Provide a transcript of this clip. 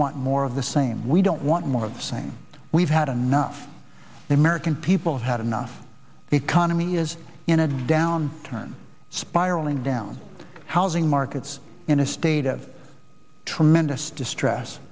want more of the same we don't want more of the same we've had enough the american people have had enough the economy is in a downturn spiraling down housing markets in a state of tremendous distress